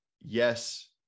yes